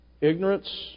Ignorance